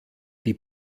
die